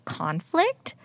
conflict